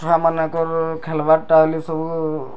ଛୁଆମାନଙ୍କର ଖେଲ୍ବାର୍ ଟା ହେଲେ ସବୁ